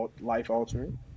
life-altering